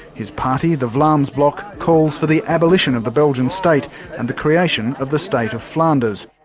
his party, the vlaams blok, calls for the abolition of the belgian state and the creation of the state of flanders.